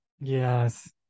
Yes